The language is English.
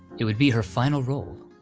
it would be her final role.